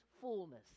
fullness